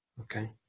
Okay